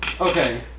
Okay